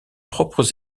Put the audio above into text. propres